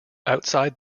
outside